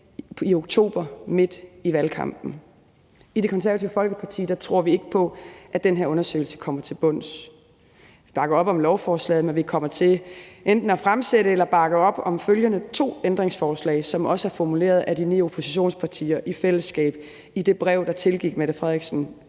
i oktober midt i valgkampen. I Det Konservative Folkeparti tror vi ikke på, at den her undersøgelse kommer til bunds i sagen. Vi bakker op om lovforslaget, men vi kommer til enten at stille eller bakke op om følgende to ændringsforslag, som også er formuleret af de ni oppositionspartier i fællesskab i det brev, der tilgik statsministeren